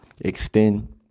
extend